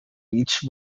beach